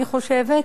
אני חושבת,